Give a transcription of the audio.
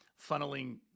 funneling